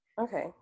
Okay